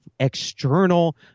external